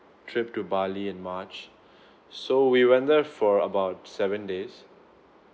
trip to bali in march so we went there for about seven days